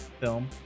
film